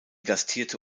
gastierte